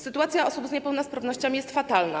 Sytuacja osób z niepełnosprawnościami jest fatalna.